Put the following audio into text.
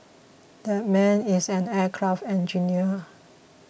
that man is an aircraft engineer